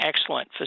excellent